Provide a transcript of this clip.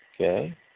Okay